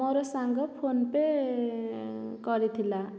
ମୋର ସାଙ୍ଗ ଫୋନପେ କରିଥିଲା